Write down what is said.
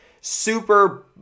Super